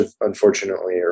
unfortunately